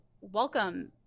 welcome